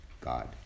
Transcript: God